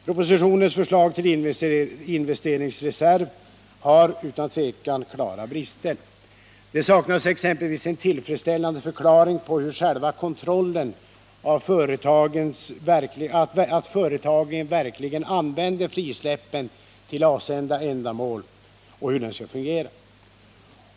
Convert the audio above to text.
Propositionens förslag till investeringsreserv har utan tvivel klara brister. Det saknas exempelvis en tillfredsställande förklaring till hur själva kontrollen av att företagen verkligen använder frisläppen till avsedda ändamål skall fungera.